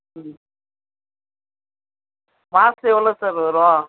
ம் மாதத்துக்கு எவ்வளோ சார் வரும்